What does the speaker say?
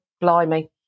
blimey